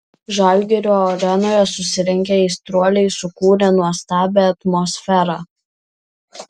žalgirio arenoje susirinkę aistruoliai sukūrė nuostabią atmosferą